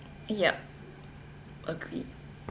yup agreed